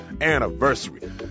anniversary